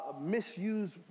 misused